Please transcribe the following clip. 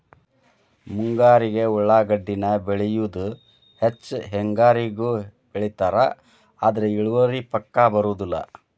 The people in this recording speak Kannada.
ಮುಂಗಾರಿಗೆ ಉಳಾಗಡ್ಡಿನ ಬೆಳಿಯುದ ಹೆಚ್ಚ ಹೆಂಗಾರಿಗೂ ಬೆಳಿತಾರ ಆದ್ರ ಇಳುವರಿ ಪಕ್ಕಾ ಬರುದಿಲ್ಲ